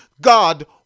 God